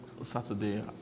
Saturday